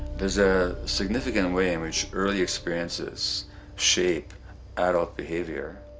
there is a significant way in which early experiences shape adult behavior,